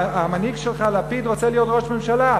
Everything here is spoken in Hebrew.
המנהיג שלך, לפיד, רוצה להיות ראש הממשלה.